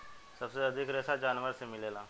सबसे अधिक रेशा जानवर से मिलेला